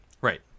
Right